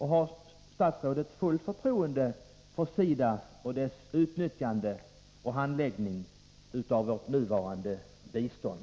Har statsrådet fullt förtroende för SIDA och dess handläggning av biståndsärendena?